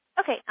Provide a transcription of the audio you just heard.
Okay